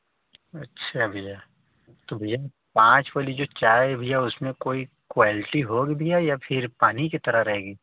अच्छा भैया तो भैया पाँच वाली जो चाय है भैया उसमें कोई क्वालिटी होगी भैया या फिर पानी की तरह रहेगी